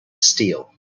steel